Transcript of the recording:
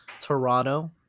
Toronto